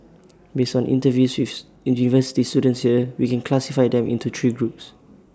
based on interviews with university students here we can classify them into three groups